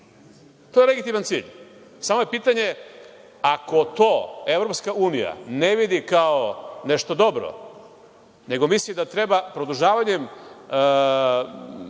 To je legitiman cilj, samo je pitanje, ako to EU ne vidi kao nešto dobro, nego misli da treba produžavanjem,